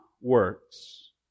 works